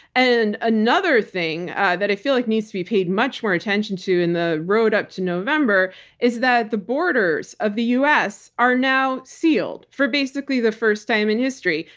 and another thing that i feel like needs to be paid much more attention to in the road up to november is that the borders of the us are now sealed for, basically, the first time in history.